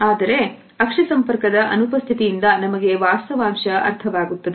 ಆದರೆ ಸಾಕ್ಷಿ ಸಂಪರ್ಕದ ಅನುಪಸ್ಥಿತಿಯಿಂದ ನಮಗೆ ವಾಸ್ತವಾಂಶ ಅರ್ಥವಾಗುತ್ತದೆ